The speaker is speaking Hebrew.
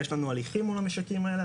יש לנו הליכים מול המשקים האלה,